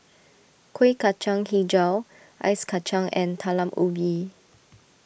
Kueh Kacang HiJau Ice Kacang and Talam Ubi